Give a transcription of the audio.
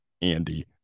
Andy